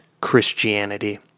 Christianity